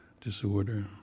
disorder